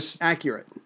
accurate